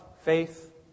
faith